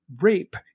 rape